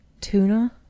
tuna